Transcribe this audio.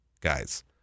guys